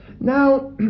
Now